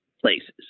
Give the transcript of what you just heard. places